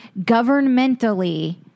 governmentally